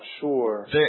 sure